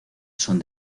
son